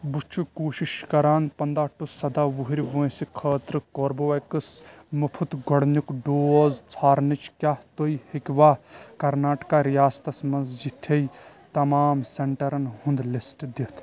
بہٕ چھُ کوٗشِش کران پنداه ٹو سدداہ وُہٕرۍ وٲنٛسہِ خٲطرٕ کوربوویٚکس مُفُط گۄڈنیُک ڈوز ژھانڑنٕچ کیٛاہ تُہۍ ہیٚکوا کرناٹکا ریاستس مَنٛز یتھی تمام سینٹرن ہُنٛد لسٹ دِتھ